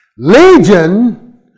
Legion